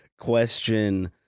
question